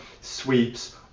sweeps